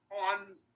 on